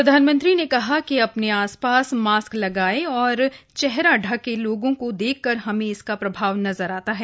प्रधानमंत्री ने कहा कि अपने आस पास मास्क लगाये और चेहरा ढके लोगों को देखकर हमें इसका प्रभाव नजर आता है